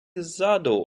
ззаду